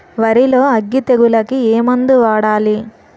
వరిలో అగ్గి తెగులకి ఏ మందు వాడాలి?